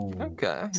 Okay